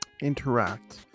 interact